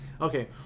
Okay